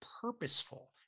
purposeful